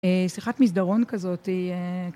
שיחת מיזדרון כזאת.